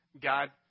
God